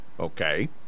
Okay